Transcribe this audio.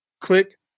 click